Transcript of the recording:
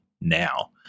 now